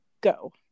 go